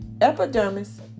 epidermis